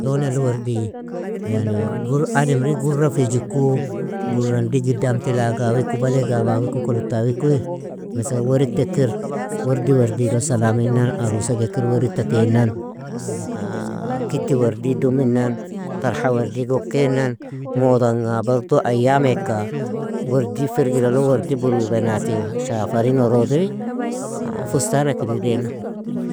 لون الوردي, yani gurr ademri gurrafijiku, gurrandi giddamtil aag awiku, baliaq awiku, kulutt awikui, Mesalan waridt ekir, wardi wardilo salaminna, arusag ekir waridta tainan, kiti werdi duminna, tarha wardig okainan, moodanga balto ayameka wardi firgiri lo wardi burui banati shafari norodri, fustana kir idaina.